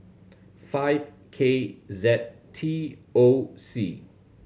five K Z T O C